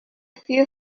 few